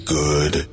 good